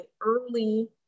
early